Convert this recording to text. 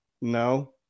No